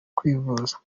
kwivuza